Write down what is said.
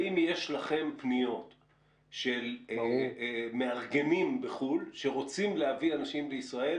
האם יש לכם פניות של מארגנים בחו"ל שרוצים להביא אנשים לישראל,